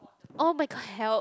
oh-my-god help